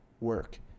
work